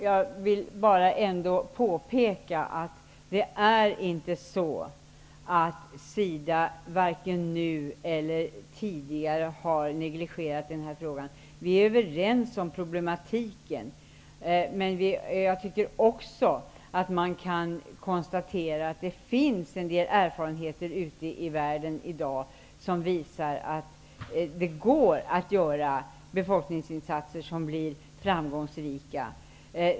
Jag vill dock påpeka att SIDA varken nu eller tidigare har negligerat denna fråga. Vi är överens om problematiken. Men man kan också konstatera att det finns en del erfarenheter ute i världen i dag som visar att det går att göra befolkningsinsatser som blir framgångsrika.